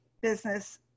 business